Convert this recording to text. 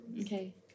Okay